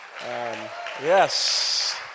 Yes